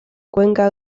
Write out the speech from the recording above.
cuenca